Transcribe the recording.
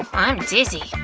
i'm dizzy.